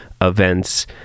events